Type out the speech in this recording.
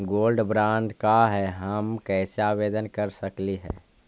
Gold bond का है, हम कैसे आवेदन कर सकली ही?